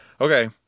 Okay